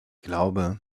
glaube